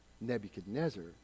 Nebuchadnezzar